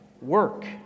Work